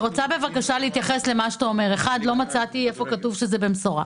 לא מצאתי איפה כתוב שזה במסורה.